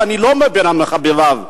שאני לא בין מחבביו,